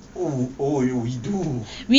oo oh ya we do